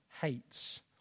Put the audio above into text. hates